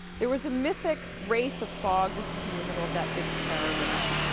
there was a mythic wraith of fog this is and the middle of that big paragraph